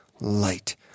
light